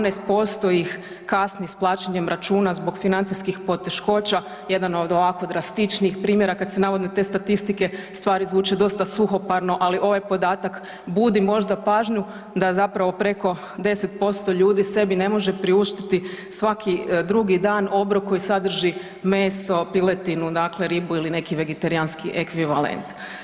17% ih kasni s plaćanjem računa zbog financijskih poteškoća, jedan od ovako drastičnijih primjera kad su navodno te statistike, stvari zvuče dosta suhoparno ali ovaj podatak budi možda pažnju da zapravo preko 10% ljudi sebi ne može priuštiti svaki drugi dan obrok koji sadrži meso, piletinu, dakle ribu ili neki vegetarijanski ekvivalent.